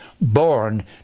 born